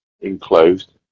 enclosed